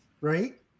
right